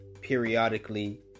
periodically